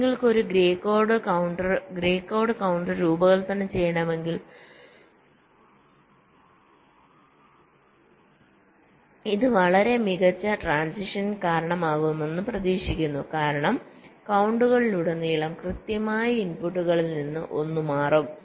നിങ്ങൾക്ക് ഒരു Gray code counter രൂപകൽപ്പന ചെയ്യണമെങ്കിൽ ഇത് വളരെ കുറച്ച് ട്രാന്സിഷൻസിന് കാരണമാകുമെന്ന് പ്രതീക്ഷിക്കുന്നു കാരണം കൌണ്ടുകളിലുടനീളം കൃത്യമായി ഇൻപുട്ടുകളിൽ ഒന്ന് മാറും